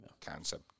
concept